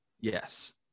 Yes